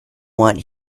want